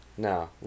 No